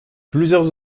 plusieurs